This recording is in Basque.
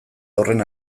horren